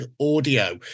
audio